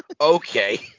Okay